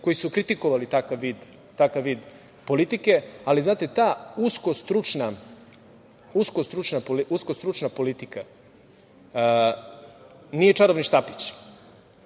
koji su kritikovali takav vid politike, ali znate, ta usko stručna politika nije čarobni štapić